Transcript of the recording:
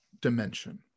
dimension